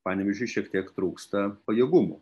panevėžiui šiek tiek trūksta pajėgumų